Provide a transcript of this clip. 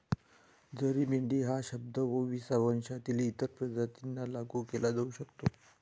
जरी मेंढी हा शब्द ओविसा वंशातील इतर प्रजातींना लागू केला जाऊ शकतो